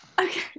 Okay